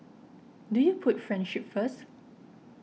do you put friendship first